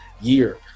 year